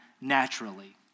naturally